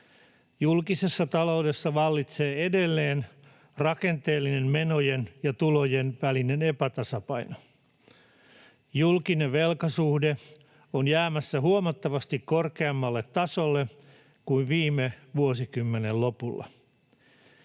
Julkisessa taloudessa vallitsee edelleen rakenteellinen menojen ja tulojen välinen epätasapaino. Julkinen velkasuhde on jäämässä huomattavasti korkeammalle tasolle kuin viime vuosikymmenen lopulla.”